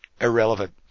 irrelevant